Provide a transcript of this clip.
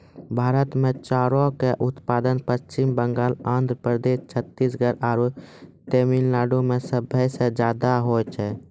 भारत मे चाउरो के उत्पादन पश्चिम बंगाल, आंध्र प्रदेश, छत्तीसगढ़ आरु तमिलनाडु मे सभे से ज्यादा होय छै